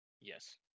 Yes